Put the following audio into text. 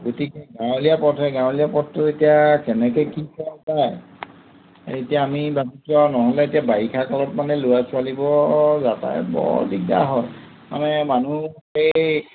গতিকে গাঁৱলীয়া পথে গাঁৱলীয়া পথটো এতিয়া কেনেকে কি কৰা যায় এতিয়া আমি ভাবিছোঁ আৰু নহ'লে এতিয়া বাৰিষা কালত মানে ল'ৰা ছোৱালীবোৰৰ বৰ দিগদাৰ হয় মানে মানুহ এই